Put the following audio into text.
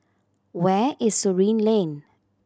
where is Surin Lane